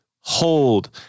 hold